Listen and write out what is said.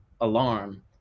alarm